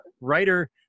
writer